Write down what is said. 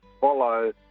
follow